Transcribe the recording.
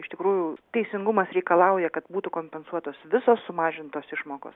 iš tikrųjų teisingumas reikalauja kad būtų kompensuotos visos sumažintos išmokos